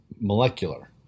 molecular